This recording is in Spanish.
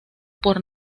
por